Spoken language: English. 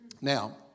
Now